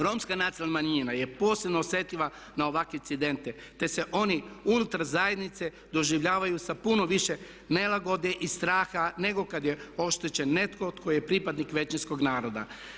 Romska nacionalna manjina je posebno osjetljiva na ovakve incidente te se oni unutar zajednice doživljavaju sa puno više nelagode i straha nego kad je oštećen netko tko je pripadnik većinskog naroda.